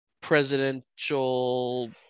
presidential